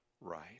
right